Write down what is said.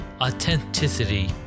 authenticity